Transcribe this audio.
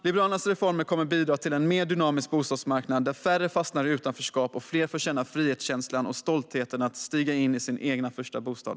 Liberalernas reformer kommer att bidra till en mer dynamisk bostadsmarknad, där färre fastnar i utanförskap och fler får känna frihetskänslan och stoltheten i att stiga in i sin egen första bostad.